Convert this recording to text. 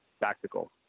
tactical